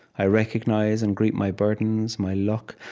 i recognise and greet my burdens, my luck,